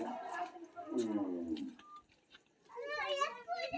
एना भेला पर माटिक पी.एच बढ़ेबा लेल माटि मे रसायन मिलाएल जाइ छै